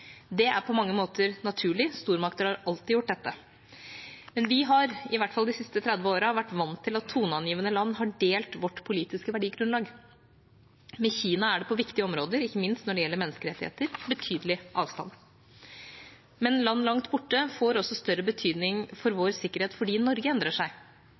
Det er på mange måter naturlig. Stormakter har alltid gjort dette. Men vi har – i hvert fall de siste 30 årene – vært vant til at toneangivende land har delt vårt politiske verdigrunnlag. Med Kina er det på viktige områder, ikke minst når det gjelder menneskerettigheter, betydelig avstand. Men land langt borte får også større betydning for vår sikkerhet fordi Norge endrer seg.